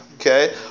okay